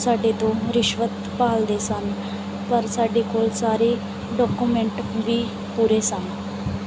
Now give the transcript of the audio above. ਸਾਡੇ ਤੋਂ ਰਿਸ਼ਵਤ ਭਾਲਦੇ ਸਨ ਪਰ ਸਾਡੇ ਕੋਲ ਸਾਰੇ ਡਾਕੂਮੈਂਟ ਵੀ ਪੂਰੇ ਸਨ